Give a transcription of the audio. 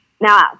Now